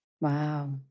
Wow